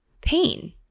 pain